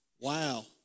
Wow